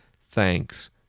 Thanks